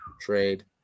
Trade